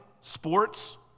sports